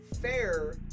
fair